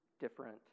different